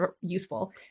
useful